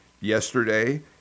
yesterday